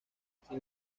sin